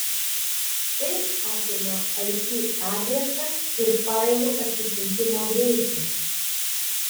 tai apima ip adresą ir failų atsisiuntimo greitį